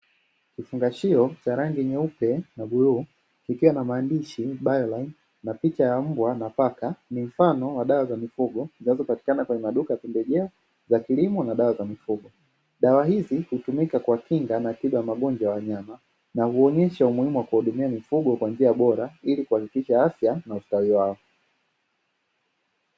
Kifungashio cha rangi nyeupe na bluu ikiwa na maandishi biology na picha ya mbwa na paka, ni mfano wa dawa za mifugo zinazopatikana kwenye maduka ya pembejeo za kilimo na dawa za mifugo. Dawa hizi hutumika kwa kinga na tiba magonjwa ya wanyama na huonyesha umuhimu wa kuwahudumia mifugo kwa njia bora ili kuhakikisha afya na ustawi wao.